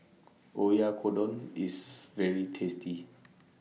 Oyakodon IS very tasty